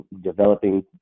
developing